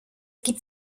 gibt